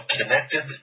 connected